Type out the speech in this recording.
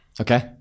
Okay